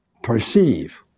perceive